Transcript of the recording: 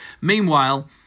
Meanwhile